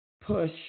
push